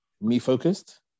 me-focused